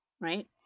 Right